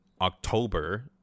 October